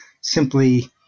simply